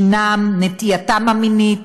מינם, נטייתם המינית